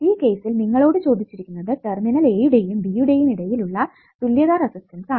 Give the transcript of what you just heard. ഈ കേസിൽ നിങ്ങളോടു ചോദിച്ചിരിക്കുന്നത് ടെർമിനൽ A യുടെയും B യുടെയും ഇടയിൽ ഉള്ള തുല്യത റെസിസ്റ്റൻസ് ആണ്